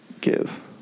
give